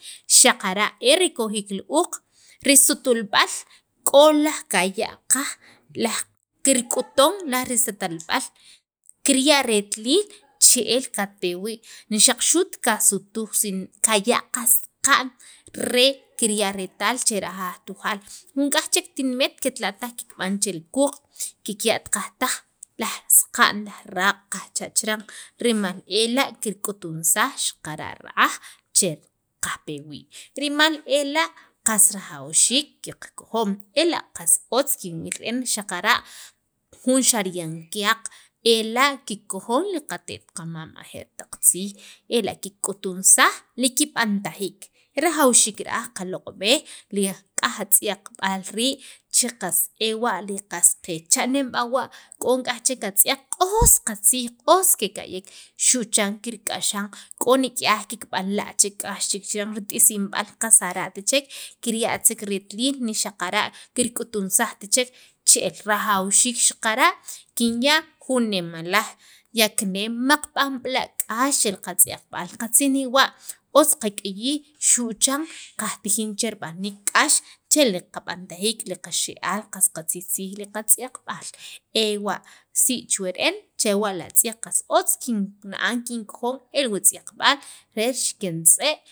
xaqara' e rikojiik li uuq risutulb'al k'o laj kaya' qaj laj kirk'uton laj satalb'aal kirya' retiliil che'el katpe wii' xaq xu't kasutuj sin kaya' qaj saqa'n re kirya' retaal che ra'aj aj tujaal nik'yaj chek tinimet ke't la' taj kikb'an che quuq kikya't qaj taq laj saqa'n laj raaq' kajcha' chiran rimal ela' kirk'utunsaj xaqara' ra'aj che kajpe wii' rimal ela' qas rajawxiik qakojon ela' qas otz kinwil re'en xaqara' jun xariyan kyaq ela' kikojon li qate't qamam ajeer taq tziij ela kikk'utnsaj li kib'antajiik rajawxiik ra'aj qaloq'b'ej li qatz'yaqb'aal rii' che qas ewa' qas qeech cha'neem b'awa' k'o k'aj atz'yaq q'os qatziij q'os kika'yek xu' chan kirk'axan k'o k'aj chek kikb'an la' k'ax chiran t'isimb'al qas ara't chek kirya't chek retiliil xaqara' kirk'utunsajt chek che'el rajawxiik xaqara' kinya' jun nemalaj yakneem maqb'anla' k'ax chel qatz'yaqb'aal qatzij ne'wa otz qak'iyij xu' chan kajtijin che rib'aniik k'ax chel qab'antajiik li qaxe'aal qas qatzijtzij li qatz'yaqb'al ewa' si chuwa re'en che ewa' li atzyaq che qas otz kinna'an kinkojon el wutz'yaqb'al re rixiken tz'e'.